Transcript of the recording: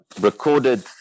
recorded